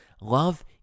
Love